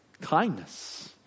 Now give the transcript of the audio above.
Kindness